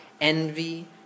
envy